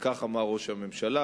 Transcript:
וכך אמר ראש הממשלה,